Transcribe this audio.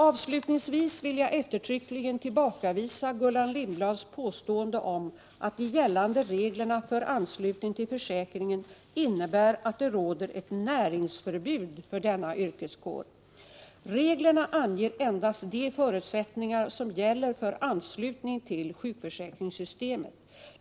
Avslutningsvis vill jag eftertryckligt tillbakavisa Gullan Lindblads påstående om att de gällande reglerna för anslutning till försäkringen innebär att det råder ett näringsförbud för denna yrkeskår. Reglerna anger endast de förutsättningar som gäller för anslutning till sjukförsäkringssystemet.